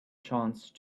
chance